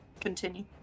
Continue